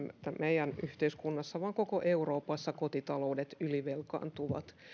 meidän yhteiskunnassamme vaan koko euroopassa kotitaloudet ylivelkaantuvat